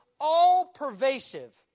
all-pervasive